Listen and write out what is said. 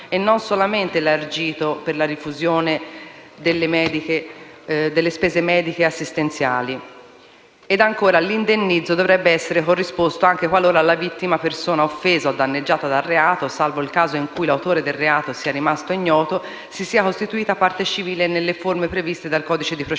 e non solamente elargito per la rifusione delle spese mediche e assistenziali. L'indennizzo dovrebbe essere corrisposto anche qualora la vittima, persona offesa o danneggiata dal reato, salvo il caso in cui l'autore del reato sia rimasto ignoto, si sia costituita parte civile nelle forme previste dal codice di procedura